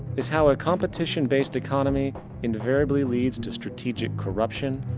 is how a competition based economy invariably leads to strategic corruption,